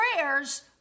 prayers